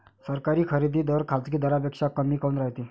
सरकारी खरेदी दर खाजगी दरापेक्षा कमी काऊन रायते?